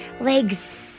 legs